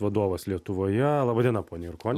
vadovas lietuvoje laba diena pone jurkoni